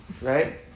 Right